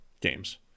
Games